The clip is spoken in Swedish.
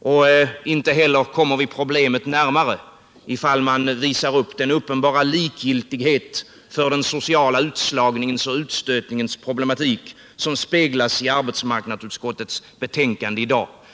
Och inte heller kommer man lösningen närmare om man visar upp den uppenbara likgiltighet för den sociala utslagningens och utstötningens problematik som avspeglas i arbetsmarknadsutskottets betänkande här i dag.